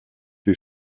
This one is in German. wie